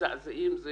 מזעזעים זה